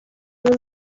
was